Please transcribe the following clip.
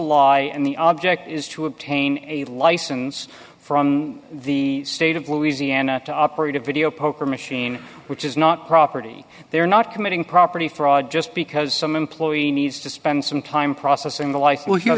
lie and the object is to obtain a license from the state of louisiana to up read a video poker machine which is not property they are not committing property fraud just because some employee needs to spend some time processing the life w